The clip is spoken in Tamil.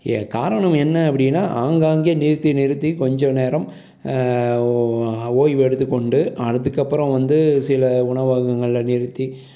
ஏ காரணம் என்ன அப்டின்னால் ஆங்காங்கே நிறுத்தி நிறுத்தி கொஞ்சம் நேரம் ஓய்வு எடுத்துக்கொண்டு அதுக்கப்பறம் வந்து சில உணவகங்களில் நிறுத்தி